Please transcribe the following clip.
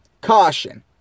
caution